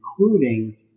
including